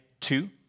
two